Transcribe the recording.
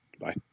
bye